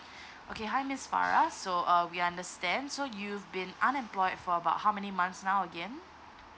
okay hi miss farah so uh we understand so you've been unemployed for about how many months now again